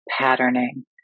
patterning